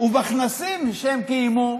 בכנסים שהם קיימו,